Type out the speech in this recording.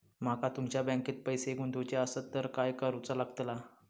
माका तुमच्या बँकेत पैसे गुंतवूचे आसत तर काय कारुचा लगतला?